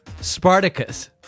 spartacus